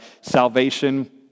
salvation